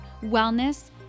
wellness